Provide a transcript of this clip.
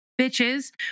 bitches